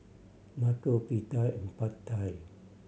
Nacho Pita and Pad Thai